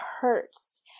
hurts